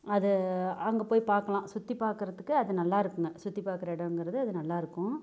அது அங்கே போய் பார்க்கலாம் சுற்றி பார்க்குறதுக்கு அது நல்லா இருக்குங்க சுற்றி பார்க்குற இடம்ங்குறது அது நல்லா இருக்கும்